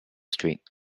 street